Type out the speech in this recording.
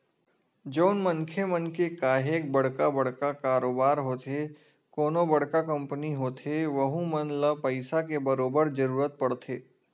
जउन मनखे मन के काहेक बड़का बड़का कारोबार होथे कोनो बड़का कंपनी होथे वहूँ मन ल पइसा के बरोबर जरूरत परथे